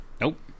Nope